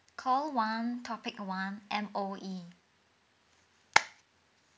call one topic one M_O_E